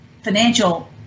financial